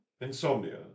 insomnia